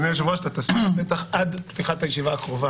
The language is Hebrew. הישיבה ננעלה